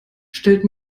stellt